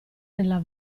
nella